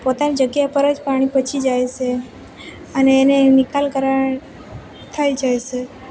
પોતાની જગ્યા પર જ પાણી પચી જાય છે અને એને નિકાલ કરવા થઈ જાય છે